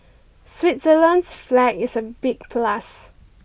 Switzerland's flag is a big plus